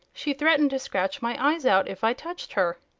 she threatened to scratch my eyes out if i touched her.